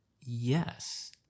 yes